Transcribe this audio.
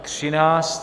13.